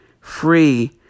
free